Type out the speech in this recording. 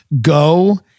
go